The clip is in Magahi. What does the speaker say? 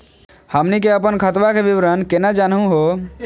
हमनी के अपन खतवा के विवरण केना जानहु हो?